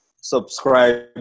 Subscribe